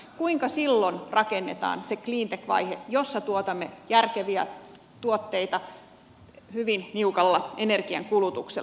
kuinka silloin rakennetaan se cleantech vaihe jossa tuotamme järkeviä tuotteita hyvin niukalla energiankulutuksella